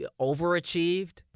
overachieved